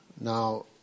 Now